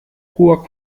hoher